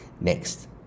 Next